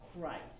Christ